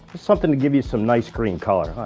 something to give you some nice green color.